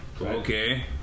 Okay